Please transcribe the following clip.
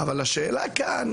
אבל השאלה כאן